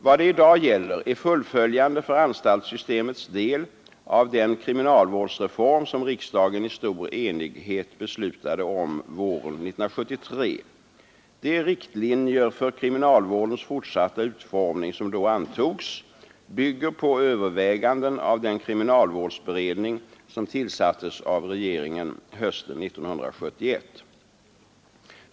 Vad det i dag gäller är fullföljande för anstaltssystemets del av den kriminalvårdsreform som riksdagen i stor enighet beslutade om våren 1973. De riktlinjer för kriminalvårdens fortsatta utformning som då antogs bygger på överväganden av den kriminalvårdsberedning som tillsattes av regeringen hösten 1971.